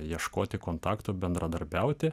ieškoti kontaktų bendradarbiauti